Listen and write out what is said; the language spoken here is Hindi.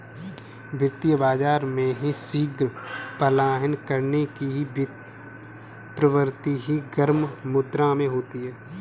वित्तीय बाजार में शीघ्र पलायन करने की प्रवृत्ति गर्म मुद्रा में होती है